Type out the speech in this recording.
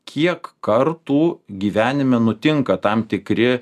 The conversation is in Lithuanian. kiek kartų gyvenime nutinka tam tikri